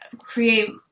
create